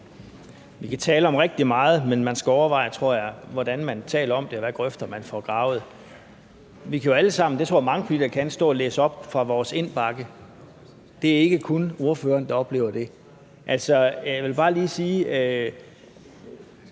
Vi kan tale om rigtig meget, men jeg tror, at man skal overveje, hvordan man taler om det, og hvilke grøfter man får gravet. Vi kan jo alle sammen, og det tror jeg der er mange der kan, stå og læse op fra vores indbakke. Det er ikke kun ordføreren, der oplever det. Jeg vil bare lige have